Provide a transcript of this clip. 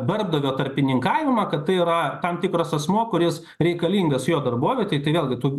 darbdavio tarpininkavimą kad tai yra tam tikras asmuo kuris reikalingas jo darbovietėj tai vėlgi tu